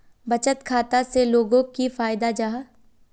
बचत खाता से लोगोक की फायदा जाहा?